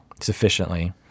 sufficiently